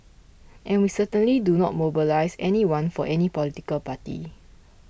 and we certainly do not mobilise anyone for any political party